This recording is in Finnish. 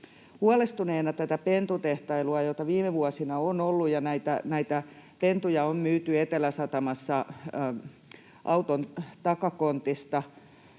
huolestuneena tätä pentutehtailua, jota viime vuosina on ollut, ja näitä pentuja on myyty Eteläsatamassa auton takakontista